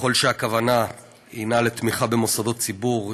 ככל שהכוונה היא לתמיכה במוסדות ציבור,